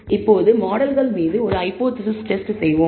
இப்போது மாடல்கள் மீது ஒரு ஹைபோதேசிஸ் டெஸ்ட் செய்வோம்